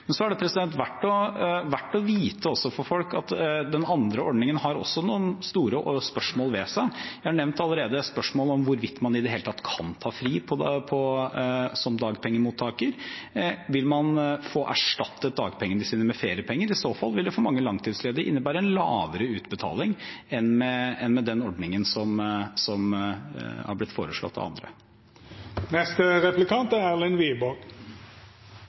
er også verdt å vite for folk at også den andre ordningen har noen store spørsmål ved seg. Jeg har allerede nevnt spørsmålet om hvorvidt man i det hele tatt kan ta fri som dagpengemottaker. Vil man få erstattet dagpengene sine med feriepenger? I så fall vil det for mange langtidsledige innebære en lavere utbetaling enn med den ordningen som har blitt foreslått av